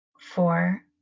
four